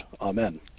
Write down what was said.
Amen